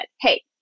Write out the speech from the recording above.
hey